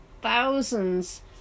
thousands